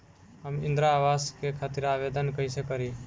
हम इंद्रा अवास के खातिर आवेदन कइसे करी?